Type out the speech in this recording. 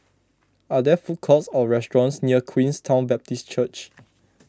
are there food courts or restaurants near Queenstown Baptist Church